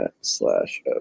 slash